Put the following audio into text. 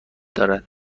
دارد